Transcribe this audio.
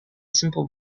simple